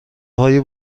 های